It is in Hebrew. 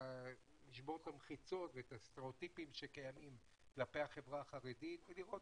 לשבור את המחיצות והסטריאוטיפים שקיימים כלפי החברה החרדית ולראות